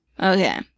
Okay